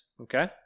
Okay